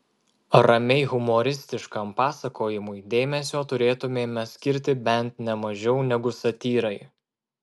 ramiai humoristiškam pasakojimui dėmesio turėtumėme skirti bent ne mažiau negu satyrai